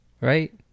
Right